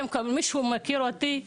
מי שמכיר אותי,